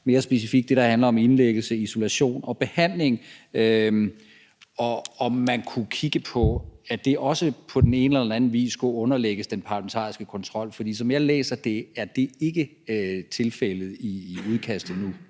mere specifikt det, der handler om indlæggelse, isolation og behandling, og om man kunne kigge på, om det også på den ene eller anden vis skulle underlægges den parlamentariske kontrol. For som jeg læser det, er det ikke tilfældet i udkastet nu.